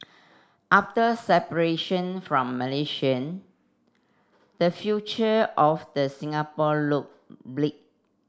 after separation from Malaysian the future of the Singapore looked bleak